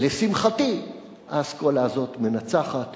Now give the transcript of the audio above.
באזור איתמר מתנחלים